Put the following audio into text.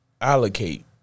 allocate